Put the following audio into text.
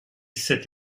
cette